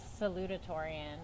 salutatorian